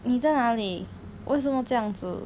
你在哪里为什么这样子